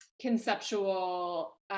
conceptual